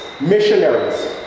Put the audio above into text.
missionaries